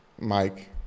Mike